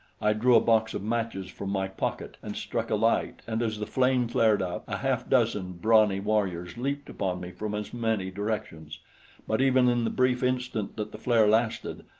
i drew a box of matches from my pocket and struck a light and as the flame flared up, a half-dozen brawny warriors leaped upon me from as many directions but even in the brief instant that the flare lasted,